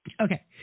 okay